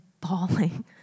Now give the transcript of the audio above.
bawling